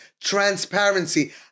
transparency